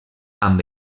amb